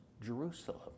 Jerusalem